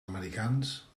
americans